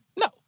no